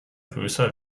größer